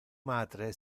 matre